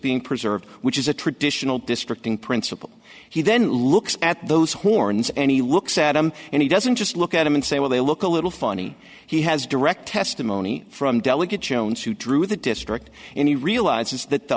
being preserved which is a traditional district in principle he then looks at those horns and he looks at them and he doesn't just look at them and say well they look a little funny he has direct testimony from delegate jones who drew the district and he realizes that the